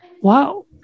Wow